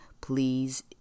please